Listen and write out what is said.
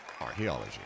Archaeology